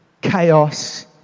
chaos